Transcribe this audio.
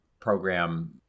program